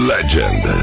Legend